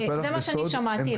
זה מה שאני שמעתי.